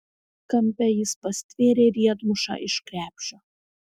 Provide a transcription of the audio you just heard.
kampe jis pastvėrė riedmušą iš krepšio